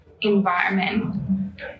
environment